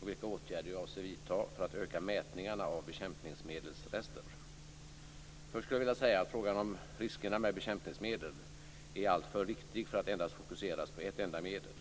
och vilka åtgärder jag avser vidta för att öka mätningarna av bekämpningsmedelsrester. Först skulle jag vilja säga att frågan om riskerna med bekämpningsmedel är alltför viktig för att endast fokuseras på ett enda medel.